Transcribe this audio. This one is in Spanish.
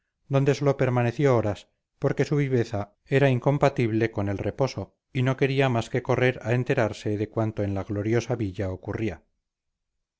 donde sólo permaneció horas porque su viveza era incompatible con el reposo y no quería más que correr a enterarse de cuanto en la gloriosa villa ocurría